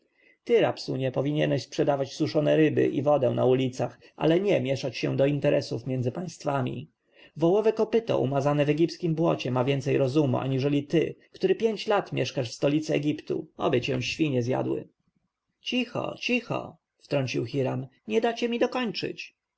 ty rabsun powinieneś sprzedawać suszone ryby i wodę na ulicach ale nie mieszać się do interesów między państwami wołowe kopyto umazane w egipskiem błocie ma więcej rozumu aniżeli ty który pięć lat mieszkasz w stolicy egiptu oby cię świnie zjadły cicho cicho wtrącił hiram nie dacie mi dokończyć